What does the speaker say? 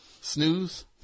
Snooze